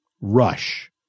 Rush